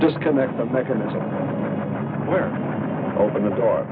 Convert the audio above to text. disconnect the mechanism where open the door